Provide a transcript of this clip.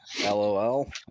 Lol